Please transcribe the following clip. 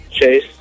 Chase